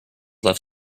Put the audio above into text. left